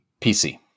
PC